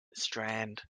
strand